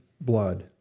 blood